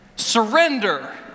Surrender